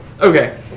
Okay